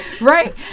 right